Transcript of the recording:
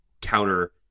counter